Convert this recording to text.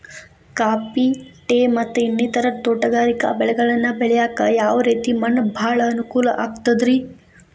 Coffee, tea, ಮತ್ತ ಇನ್ನಿತರ ತೋಟಗಾರಿಕಾ ಬೆಳೆಗಳನ್ನ ಬೆಳೆಯಾಕ ಯಾವ ರೇತಿ ಮಣ್ಣ ಭಾಳ ಅನುಕೂಲ ಆಕ್ತದ್ರಿ?